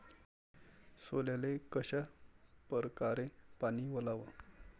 सोल्याले कशा परकारे पानी वलाव?